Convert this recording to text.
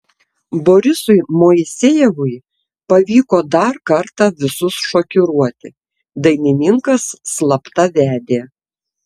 borisui moisejevui pavyko dar kartą visus šokiruoti dainininkas slapta vedė